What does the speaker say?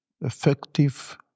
effective